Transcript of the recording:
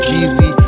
Jeezy